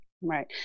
right